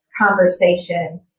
conversation